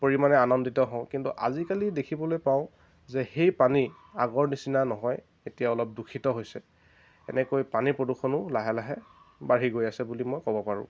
পৰিমাণে আনন্দিত হওঁ কিন্তু আজিকালি দেখিবলৈ পাওঁ যে সেই পানী আগৰ নিচিনা নহয় এতিয়া অলপ দূষিত হৈছে এনেকৈ পানী প্ৰদূষণো লাহে লাহে বাঢ়ি গৈ আছে বুলি মই ক'ব পাৰোঁ